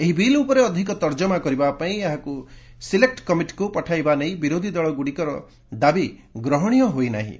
ଏହି ବିଲ୍ ଉପରେ ଅଧିକ ତର୍ଜମା କରିବା ପାଇଁ ଏହାକୁ ସିଲେକୁ କମିଟିକୁ ପଠାଇବା ନେଇ ବିରୋଧୀ ଦଳଗୁଡ଼ିକର ଦାବି ଗ୍ରହଣୀୟ ହୋଇନାହିଁ